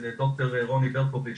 ולד"ר רוני ברקוביץ,